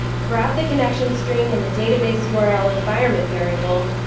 grab the connection string and the database yeah url environment variable,